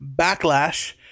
Backlash